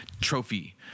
trophy